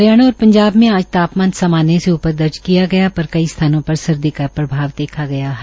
हरियाणा और पंजाब में आज तापमान सामान्य से ऊपर दर्ज किया गया पर कई स्थानों पर सर्दी का प्रभाव देखा गया है